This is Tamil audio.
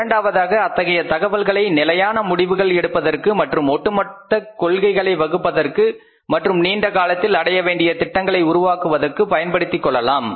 இரண்டாவதாக அத்தகைய தகவல்களை நிலையான முடிவுகள் எடுப்பதற்கு மற்றும் ஒட்டுமொத்த கொள்கைகளை வகுப்பதற்கு மற்றும் நீண்டகாலத்தில் அடைய வேண்டிய திட்டங்களை உருவாக்குவதற்கு பயன்படுத்திக்கொள்ளலாம்